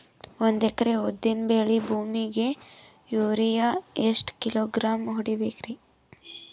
ಒಂದ್ ಎಕರಿ ಉದ್ದಿನ ಬೇಳಿ ಭೂಮಿಗ ಯೋರಿಯ ಎಷ್ಟ ಕಿಲೋಗ್ರಾಂ ಹೊಡೀಬೇಕ್ರಿ?